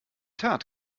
tat